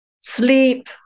sleep